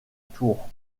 tours